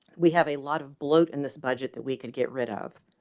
we have a lot of bloat in this budget that we can get rid of.